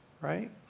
Right